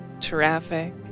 traffic